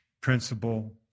principle